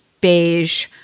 beige